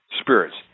spirits